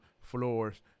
floors